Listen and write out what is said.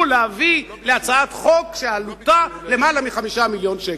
להביא להעברת הצעת חוק שעלותה יותר מ-5 מיליון שקל?